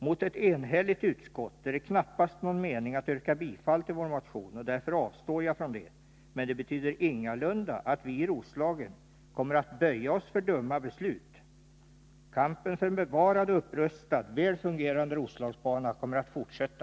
Mot ett enhälligt utskott är det knappast någon mening att yrka bifall till vår motion, och därför avstår jag från det. Men det betyder ingalunda att vi i Roslagen kommer att böja oss för dumma beslut. Kampen för en bevarad och upprustad, väl fungerande Roslagsbana kommer att fortsätta.